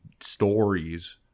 stories